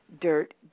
Dirt